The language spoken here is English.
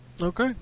okay